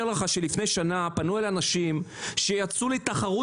אני אומר לך שלפני שנה פנו אלי אנשים שיצאו לתחרות